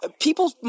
people –